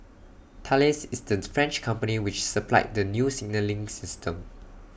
Thales is the French company which supplied the new signalling system